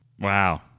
Wow